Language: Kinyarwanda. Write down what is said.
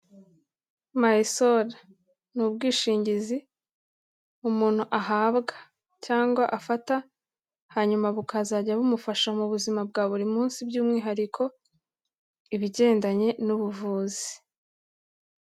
Mysol ni ubwishingizi umuntu ahabwa cyangwa afata, hanyuma bukazajya bumufasha mu buzima bwa buri munsi by'umwihariko ibigendanye n'ubuvuzi.